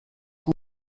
sont